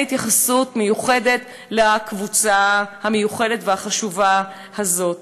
התייחסות מיוחדת לקבוצה המיוחדת והחשובה הזאת.